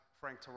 Frank